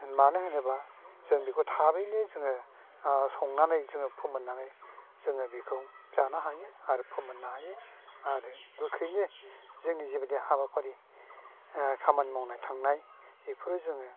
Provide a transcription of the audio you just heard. मानो होनोब्ला जों बेखौ थाबैनो जोङो संनानै जोङो फोमोननानै जोङो बेखौ जानो हायो आरो फोमोननो हायो आरो गोख्रैनो जोंनि जिबादि हाबाफारि खामानि मावनाय थांनाय बेखौ जोङो